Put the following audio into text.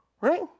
Right